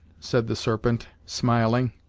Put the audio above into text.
said the serpent, smiling,